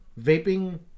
Vaping